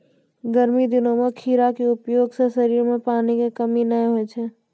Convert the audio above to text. गर्मी दिनों मॅ खीरा के उपयोग सॅ शरीर मॅ पानी के कमी नाय होय छै